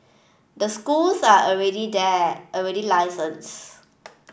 the schools are already there already licensed